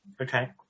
Okay